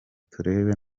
turebe